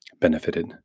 benefited